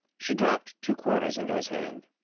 she dropped two quarters into his hand,